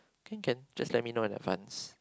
can can just let me know in advance